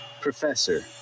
professor